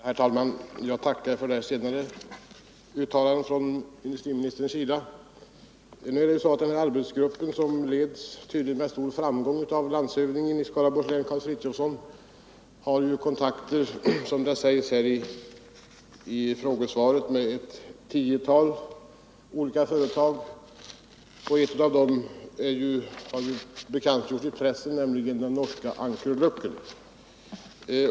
Herr talman! Jag tackar för detta uttalande från industriministern. Det är ju så att den arbetsgrupp som tydligen med stor framgång leds av landshövdingen i Skaraborgs län Karl Frithiofson har kontakter med — som det sägs i frågesvaret — ett tiotal olika företag. Ett av dem har bekantgjorts i pressen — nämligen det norska Ankerlokken.